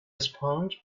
sponge